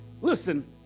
listen